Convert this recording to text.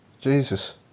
Jesus